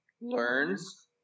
learns